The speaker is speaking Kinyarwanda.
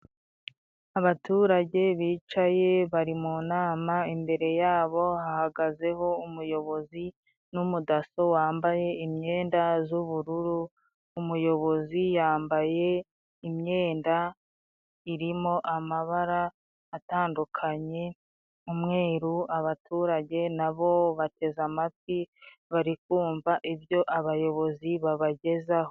Abaturage bicaye bari mu nama. Imbere yabo hahagazeho umuyobozi n'umudaso wambaye imyenda z'ubururu. Umuyobozi yambaye imyenda irimo amabara atandukanye, umweru, abaturage nabo bateze amatwi barikumva ibyo abayobozi babagezaho.